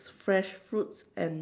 fresh fruits and